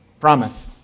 Promise